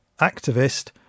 activist